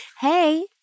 Hey